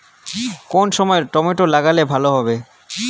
কোন সময় টমেটো লাগালে ভালো হবে?